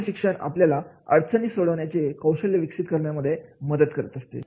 असे शिक्षण आपल्याला अडचणी सोडवण्याचे कौशल्य विकसित करण्यामध्ये मदत करत असते